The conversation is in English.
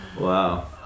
wow